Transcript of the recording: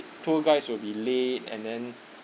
tour guides were be late and then